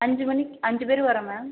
அஞ்சு மணிக்கு அஞ்சு பேர் வரோம் மேம்